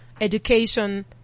education